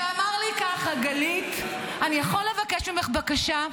הוא אמר לי ככה: גלית, אני יכול לבקש ממך בקשה?